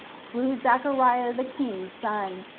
slew zechariah the king's son,